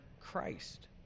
Christ